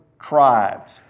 tribes